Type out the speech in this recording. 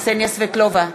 קסניה סבטלובה,